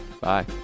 Bye